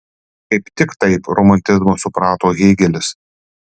kaip tik taip romantizmą suprato hėgelis